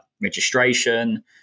registration